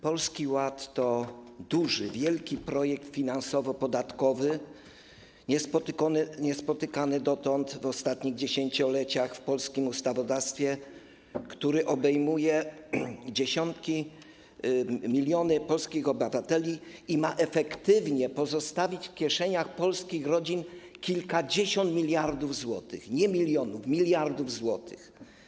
Polski Ład to duży, wielki projekt finansowo-podatkowy, niespotykany dotąd, w ostatnich dziesięcioleciach, w polskim ustawodawstwie, który obejmuje dziesiątki, miliony polskich obywateli i ma efektywnie pozostawić w kieszeniach polskich rodzin kilkadziesiąt miliardów złotych, nie milionów - miliardów złotych.